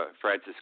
Francis